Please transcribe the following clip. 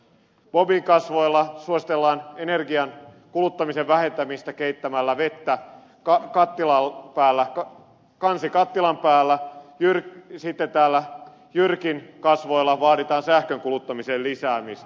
bobin kasvoilla suositellaan energian kuluttamisen vähentämistä keittämällä vettä kansi kattilan päällä sitten täällä jyrkin kasvoilla vaaditaan sähkön kuluttamisen lisäämistä